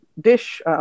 dish